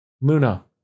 Luna